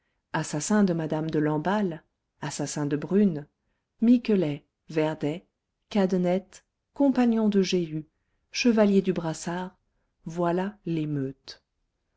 assassins de madame de lamballe assassins de brune miquelets verdets cadenettes compagnons de jéhu chevaliers du brassard voilà l'émeute